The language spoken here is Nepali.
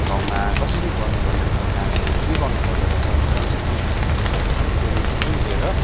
ठाउँमा कसरी गर्नु पर्ने रहेछ कामहरू के गर्नु पर्दो रहेछ भनेर अलिकति तिनीहरूले पनि ट्रेनिङ सेनिङ लिएर